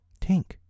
Tink